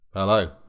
Hello